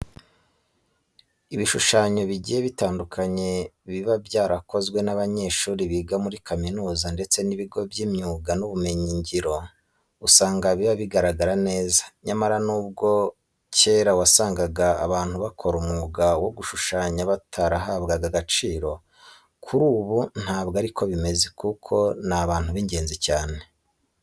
Ibishushanyo bigiye bitandukanye biba byarakozwe n'abanyeshuri biga muri kaminuza ndetse n'ibigo by'imyuga n'ubumenyingiro usanga biba bigaragara neza. Nyamara nubwo kera wasangaga abantu bakora umwuga wo gushushanya batarahabwaga agaciro, kuri ubu ntabwo ari ko bimeze kuko ni abantu b'ingenzi cyane.